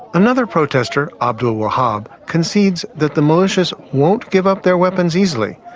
another protester, abdul wahab, concedes that the militias won't give up their weapons easily.